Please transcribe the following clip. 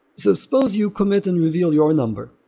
so suppose you commit and reveal your number,